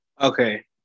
Okay